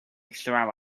throw